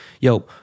yo